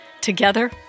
Together